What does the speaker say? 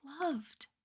loved